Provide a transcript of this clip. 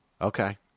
okay